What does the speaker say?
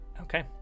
Okay